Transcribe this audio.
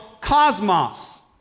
cosmos